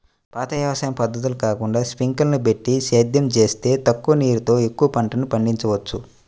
పాత వ్యవసాయ పద్ధతులు కాకుండా స్పింకర్లని బెట్టి సేద్యం జేత్తే తక్కువ నీరుతో ఎక్కువ పంటని పండిచ్చొచ్చు